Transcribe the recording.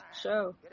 show